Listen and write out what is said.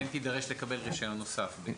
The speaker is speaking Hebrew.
היא כן תידרש לקבל רישיון נוסף.